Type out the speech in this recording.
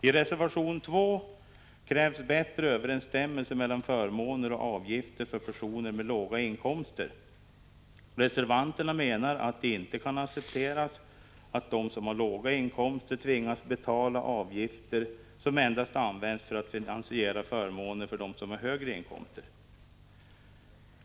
I reservation 2 krävs bättre överensstämmelse mellan förmåner och avgifter för personer med låga inkomster. Reservanterna menar att det inte kan accepteras att de som har låga inkomster tvingas betala avgifter som endast används för att finansiera förmåner för dem som har högre inkomster.